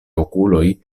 okuloj